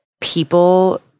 people